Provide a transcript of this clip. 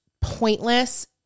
pointless